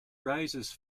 raises